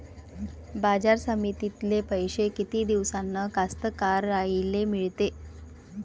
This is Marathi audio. बाजार समितीतले पैशे किती दिवसानं कास्तकाराइले मिळते?